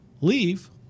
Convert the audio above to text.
leave